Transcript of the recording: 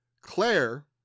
Claire